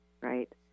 right